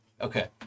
Okay